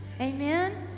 amen